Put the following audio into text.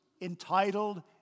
entitled